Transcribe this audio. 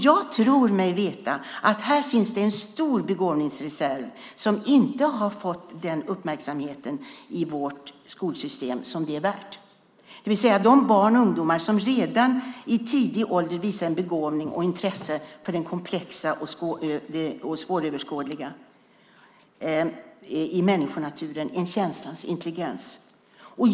Jag tror mig veta att här finns en stor begåvningsreserv som inte har fått den uppmärksamhet i vårt skolsystem som den är värd, det vill säga de barn och ungdomar som redan i tidig ålder visar en begåvning och ett intresse för det komplexa och svåröverskådliga i människonaturen, en känslans intelligens.